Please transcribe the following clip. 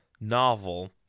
novel